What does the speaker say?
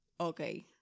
okay